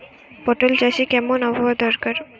পটল চাষে কেমন আবহাওয়া দরকার?